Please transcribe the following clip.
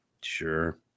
Sure